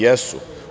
Jesu.